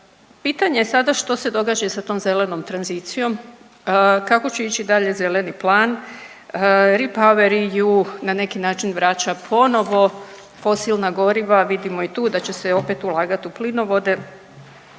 Pitanje sada što se događa i sa tom zelenom tranzicijom? Kako će ići dalje zeleni plan? REPowerEU na neki način vraća ponovo fosilna goriva, vidimo i tu da će se opet ulagat u plinovode.